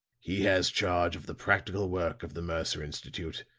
he has charge of the practical work of the mercer institute,